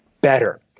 better